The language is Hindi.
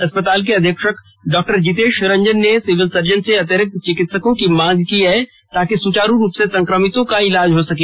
अस्पताल के अधीक्षक डॉ जितेश रंजन ने सिविल सर्जन से अतिरिक्त चिकित्सक की मांग की है ताकि सुचारू रूप से संक्रमित मरीजों का इलाज हो सके